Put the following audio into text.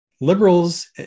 liberals